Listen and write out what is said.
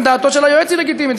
גם דעתו של היועץ היא לגיטימית,